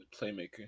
playmaker